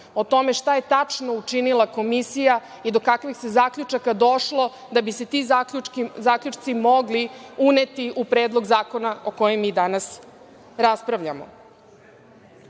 o tome šta je tačno učinila komisija i do kakvih se zaključaka došlo, da bi se ti zaključci mogli uneti u predlog zakona o kojem mi danas raspravljamo. Podsetiću